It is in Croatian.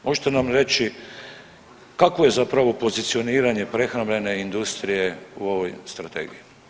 Možete nam reći kakvo je zapravo pozicioniranje prehrambene industrije u ovoj strategiji.